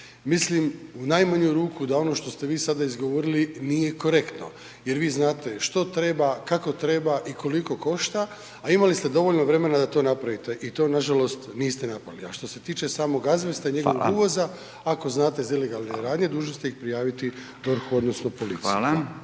Mislim da u najmanju ruku da ono što ste vi sada izgovorili, nije korektno jer vi znate što treba, kako treba i koliko košta a imali ste dovoljno vremena da to napravite i to nažalost niste napravili a što se tiče samog azbesta i njegovog uvoza, ako znate za ilegalne radnje, dužni ste ih prijaviti DORH-u odnosno policiji,